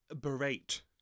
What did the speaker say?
berate